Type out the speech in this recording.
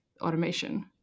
automation